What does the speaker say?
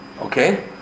okay